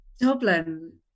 Dublin